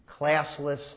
classless